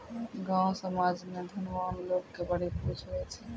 गाँव समाज मे धनवान लोग के बड़ी पुछ हुवै छै